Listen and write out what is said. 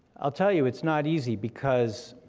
i'll tell you, it's not easy, because